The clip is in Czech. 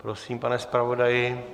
Prosím, pane zpravodaji.